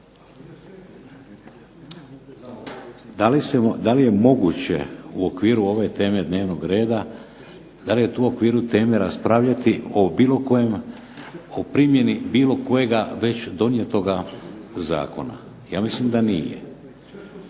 Da li je moguće u okviru ove teme dnevnog reda, da li je tu u okviru teme raspravljati o bilo kojem, o primjeni bilo kojega već donijetoga zakona? Ja mislim da nije.